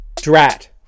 Drat